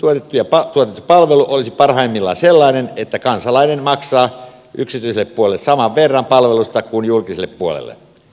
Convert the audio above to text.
yksityisesti tuotettu palvelu olisi parhaimmillaan sellainen että kansalainen maksaa yksityiselle puolelle saman verran palvelusta kuin julkiselle puolelle